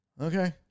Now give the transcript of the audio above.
Okay